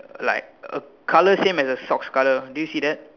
like a colour same as her socks colour do you see that